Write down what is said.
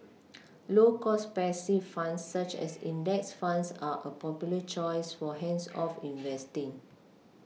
low cost passive funds such as index funds are a popular choice for hands off investing